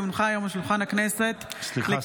כי הונחה היום על שולחן הכנסת -- סליחה,